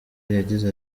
yagize